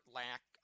lack